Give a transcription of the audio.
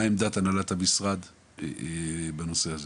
מה עמדת הנהלת המשרד בנושא הזה?